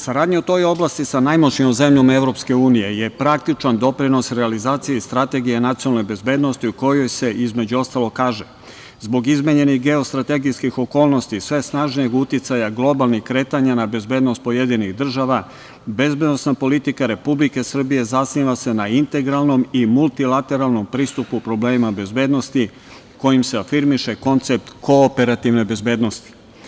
Saradnja u toj oblasti sa najmoćnijom zemljom EU je praktičan doprinos realizaciji Strategije nacionalne bezbednosti, u kojoj se između ostalog kaže: „Zbog izmenjenih geostrategijskih okolnosti, sve snažnijeg uticaja globalnih kretanja na bezbednost pojedinih država, bezbednosna politika Republike Srbije zasniva se na integralnom i multilateralnom pristupu problemima bezbednosti kojim se afirmiše koncept kooperativne bezbednosti“